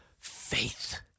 faith